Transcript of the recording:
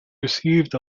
received